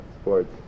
sports